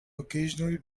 occasionally